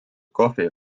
kohvi